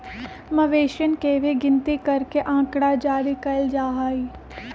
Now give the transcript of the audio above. मवेशियन के भी गिनती करके आँकड़ा जारी कइल जा हई